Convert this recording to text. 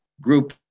group